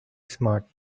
smart